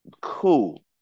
Cool